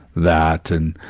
that and,